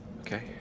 Okay